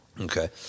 okay